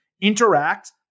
interact